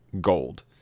gold